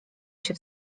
się